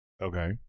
Okay